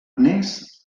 agnés